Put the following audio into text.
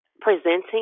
presenting